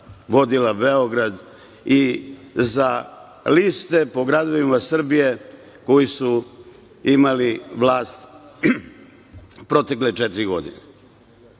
Beograd i za liste po gradovima Srbije koje su imale vlast protekle četiri godine. Šta